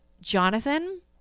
Jonathan